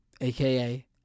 AKA